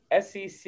SEC